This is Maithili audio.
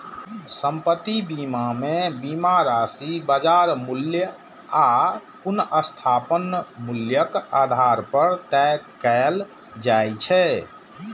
संपत्ति बीमा मे बीमा राशि बाजार मूल्य आ पुनर्स्थापन मूल्यक आधार पर तय कैल जाइ छै